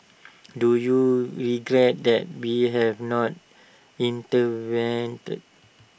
do you regret that we have not intervened